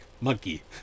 monkey